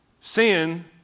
Sin